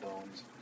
bones